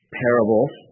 parables